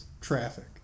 traffic